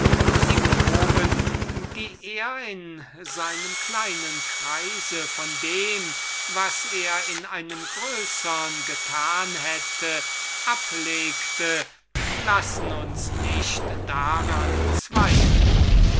die proben welche er in seiner kleinen sphäre von dem was er in einer größern fähig gewesen wäre ablegte lassen uns nicht daran zweifeln